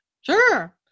Sure